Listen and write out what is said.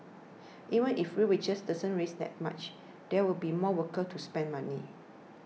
even if real wages don't rise that much there will be more workers to spend money